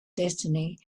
destiny